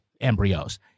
embryos